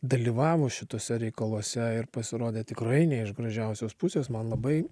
dalyvavo šituose reikaluose ir pasirodė tikrai ne iš gražiausios pusės man labai